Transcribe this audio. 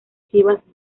chivas